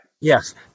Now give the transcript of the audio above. yes